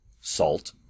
salt